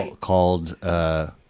called